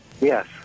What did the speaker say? Yes